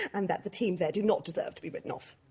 and that the team there do not deserve to be written off.